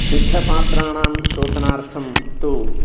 स्निग्धपात्राणां शोधनार्थं तु